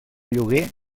lloguer